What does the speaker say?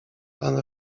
pan